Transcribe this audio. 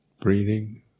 breathing